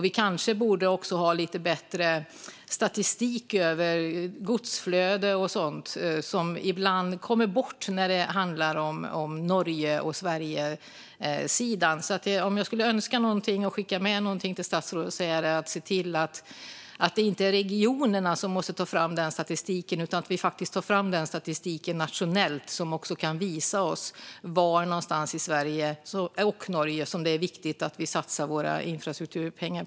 Vi kanske också borde ha lite bättre statistik över godsflöde och sådant, som ibland kommer bort när det handlar om Norge och Sverige. Om jag ska skicka med en önskan till statsrådet är det att regionerna inte ska behöva ta fram den statistiken utan att vi tar fram den nationellt. Sådan statistik kan visa oss var i Sverige och Norge det är viktigt att vi satsar våra infrastrukturpengar.